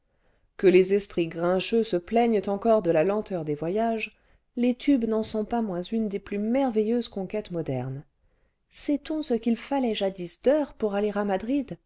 que les esprits grincheux se plaignent encore de la lenteur des voyages les tubes u'en sont pas moins une des plus merveilleuses conquêtes modernes sait-on ce qu'il fallait jadis d'heures pour aller à madrid